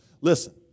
listen